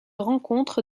rencontre